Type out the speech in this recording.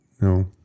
No